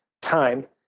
time